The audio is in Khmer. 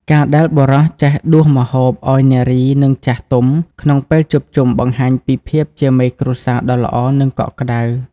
ការដែលបុរសចេះដួសម្ហូបឱ្យនារី និងចាស់ទុំក្នុងពេលជួបជុំ បង្ហាញពីភាពជាមេគ្រួសារដ៏ល្អ និងកក់ក្ដៅ។